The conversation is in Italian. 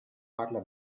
parla